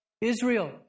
Israel